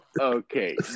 okay